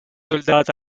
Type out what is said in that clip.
soldat